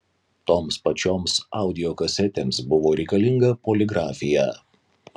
toms pačioms audio kasetėms buvo reikalinga poligrafija